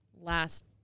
last